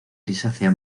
grisácea